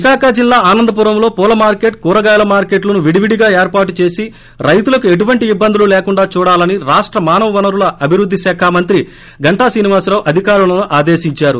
విశాఖ జిల్లా ఆనందపురంలో పూల మార్కెట్ కూరగాయల మార్కెట్లను విడివిడిగా ఏర్పాటు చేసి రైతులకు ఎటువంటి ఇబ్బందులు లేకుండా చూడాలని రాష్ట మానవ వనరువాల అభివృద్ది శాఖ మంత్రి గంటా శ్రీనివాసరావు అధికారులను ఆదేశించారు